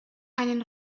einen